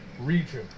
region